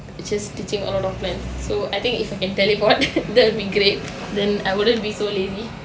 is just ditching all of them so I think if you can teleport that will be great then I wouldn't be so lazy